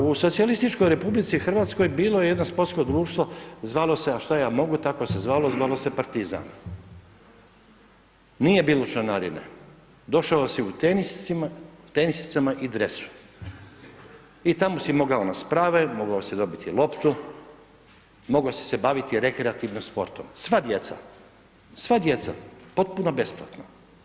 U Socijalističkoj Republici Hrvatskoj bilo je jedno sportsko društvo, a šta ja mogu tako se zvalo, zvalo se Partizan, nije bilo članarine, došao si u tenisicama i dresu i tamo si mogao na sprave, mogao si dobiti loptu, mogao si se baviti rekreativno sportom, sva djeca, sva djeca potpuno besplatno.